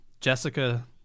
Jessica